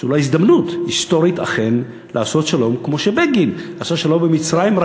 זו אולי הזדמנות היסטורית אכן לעשות שלום כמו שבגין עשה שלום עם מצרים.